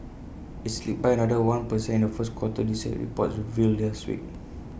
IT slipped by another one per cent in the first quarter this year reports revealed last week